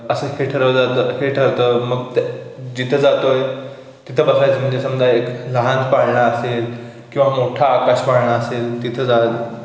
असं खे ठरवलं जातं हे ठरतं मग ते जिथं जातो आहे तिथं बसायचं म्हणजे समजा एक लहान पाळणा असेल किंवा मोठा आकाश पाळणा असेल तिथं जा